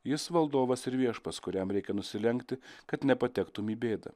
jis valdovas ir viešpats kuriam reikia nusilenkti kad nepatektum į bėdą